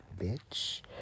bitch